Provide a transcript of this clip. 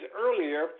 earlier